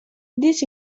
this